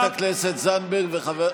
חברת הכנסת זנדברג,